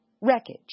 wreckage